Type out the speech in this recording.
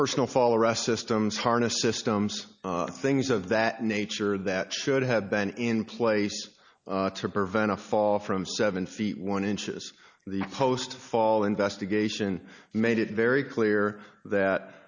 personal fall arrest systems harness systems things of that nature that should have been in place to prevent a fall from seven feet one inches the post fall investigation made it very clear that